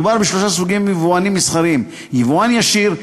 מדובר בשלושה סוגים של יבואנים מסחריים: יבואן ישיר,